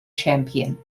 champion